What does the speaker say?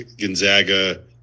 Gonzaga